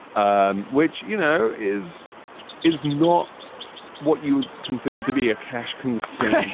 um which, you know, is is not what you consider to be a cash constraint.